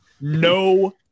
no